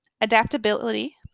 Adaptability